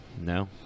No